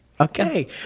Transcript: Okay